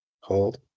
Hold